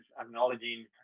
acknowledging